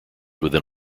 within